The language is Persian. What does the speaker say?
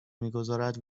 میگذارد